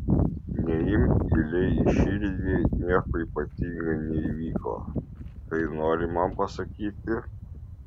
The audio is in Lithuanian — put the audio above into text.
neimk giliai į širdį nieko ypatinga neįvyko tai nori man pasakyti